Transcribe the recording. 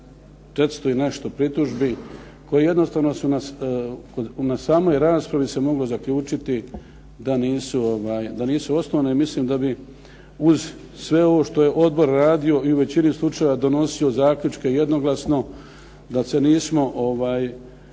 400 i nešto pritužbi koje jednostavno su nas, na samoj raspravi se moglo zaključiti da nisu osnovane i mislim da bi uz sve ovo što je odbor radio i u većini slučajeva donosio zaključke jednoglasno da se nismo